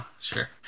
sure